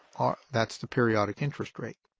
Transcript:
ah that's the periodic interest rate.